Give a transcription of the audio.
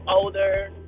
older